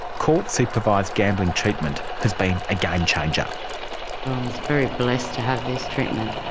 court-supervised gambling treatment has been a game changer. i was very blessed to have this treatment.